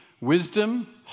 Wisdom